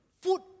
Food